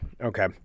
Okay